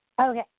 Okay